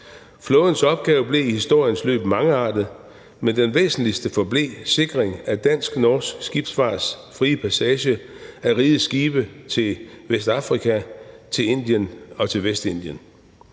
Flådens opgave blev i historiens løb mangeartet, men den væsentligste forblev sikring af dansk og norsk skibsfarts frie passage for rigets skibe til Vestafrika, Indien og Vestindien.